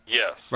yes